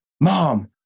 mom